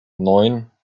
neun